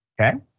okay